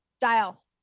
dial